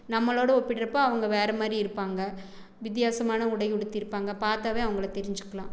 நம்மளோட ஒப்பிடுற போது அவங்க வேறு மாதிரி இருப்பாங்க வித்தியாசமான உடை உடுத்தியிருப்பாங்க பார்த்தாவே அவங்கள தெரிஞ்சுக்கலாம்